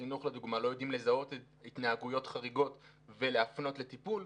החינוך לדוגמה לא יודעים לזהות התנהגויות חריגות ולהפנות לטיפול,